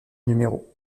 numéro